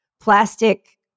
plastic